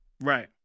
Right